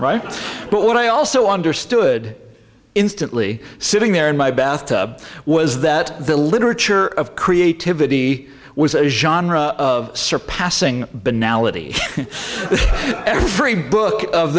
right but what i also understood instantly sitting there in my bathtub was that the literature of creativity was of surpassing banality every book of